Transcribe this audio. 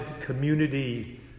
community